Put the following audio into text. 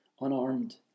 unarmed